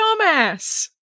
dumbass